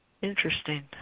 Interesting